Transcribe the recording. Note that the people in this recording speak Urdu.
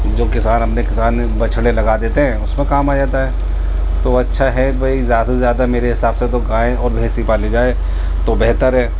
جو کسان اپنے کسان بچھڑے لگا دیتے ہیں اس میں کام آ جاتا ہے تو اچھا ہے کہ بھائی زیادہ سے زیادہ میرے حساب سے تو گائے اور بھینس ہی پالی جائیں تو بہتر ہے